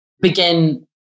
begin